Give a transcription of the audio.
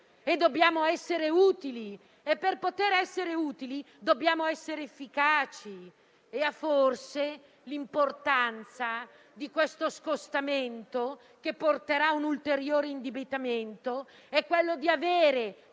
dobbiamo essere utili e, per poterlo essere, dobbiamo essere efficaci. E forse l'importanza di questo scostamento, che porterà un ulteriore indebitamento,